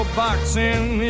boxing